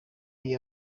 iyi